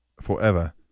Forever